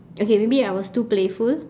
okay maybe I was too playful